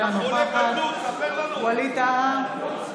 אינה נוכחת ווליד טאהא,